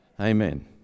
amen